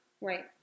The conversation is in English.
Right